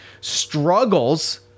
struggles